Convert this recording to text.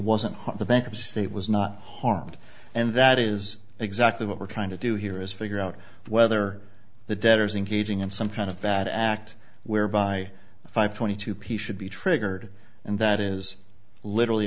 wasn't the bank of state was not harmed and that is exactly what we're trying to do here is figure out whether the debtors engaging in some kind of bad act whereby a five twenty two piece should be triggered and that is literally